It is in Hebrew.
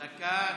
דקה.